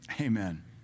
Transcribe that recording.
Amen